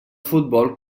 futbol